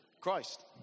Christ